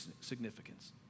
significance